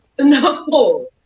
No